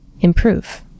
improve